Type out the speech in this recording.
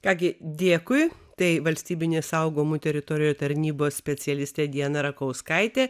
ką gi dėkui tai valstybinės saugomų teritorijų tarnybos specialistė diana rakauskaitė